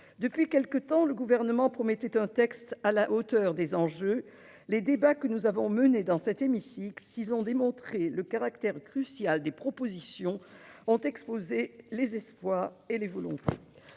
Depuis quelque temps, le Gouvernement promettait un texte à la hauteur des enjeux. Nos débats dans cet hémicycle, s'ils ont démontré le caractère crucial des propositions, ont mis en lumière les espoirs et les volontés.